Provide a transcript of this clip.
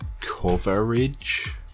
coverage